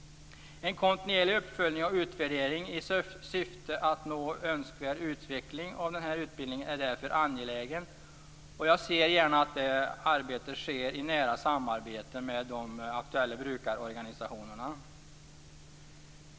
En kontinuerlig uppföljning och utvärdering i syfte att nå önskvärd utveckling av denna utbildning är därför angelägen. Jag ser gärna att detta arbete sker i nära samarbete med de aktuella brukarorganisationerna.